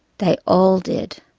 they all did,